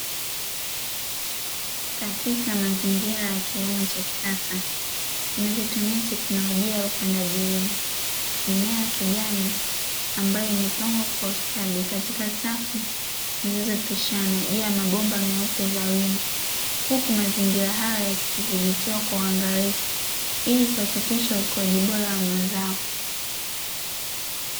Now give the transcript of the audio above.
Katika mazingira ya kilimo cha kisasa, kinachotumia teknolojia ya upandaji miti, mimea ya kijani ambayo imepangwa kwa ustadi katika safu zilizopishana juu ya mabomba meupe ya wima, huku mazingira hayo yakidhibitiwa kwa uangalifu ili kuhakikisha ukuaji bora wa mazao.